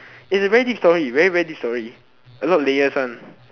it's a very deep story very very deep story a lot of layers one